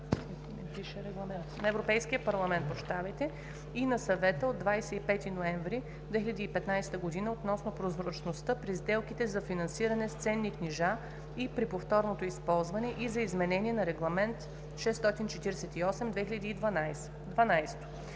на Европейския парламент и на Съвета от 25 ноември 2015 г. относно прозрачността при сделките за финансиране с ценни книжа и при повторното използване, и за изменение на Регламент (ЕС)